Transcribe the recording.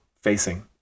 facing